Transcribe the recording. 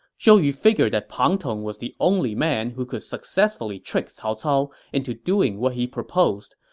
zhou yu figured that pang tong was the only man who could successfully trick cao cao into doing what he proposed,